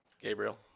Gabriel